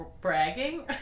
bragging